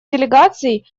делегаций